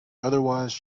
otherwise